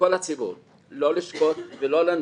מכל הציבור לא לשקוט ולא לנוח,